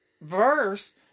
verse